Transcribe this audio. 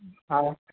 हा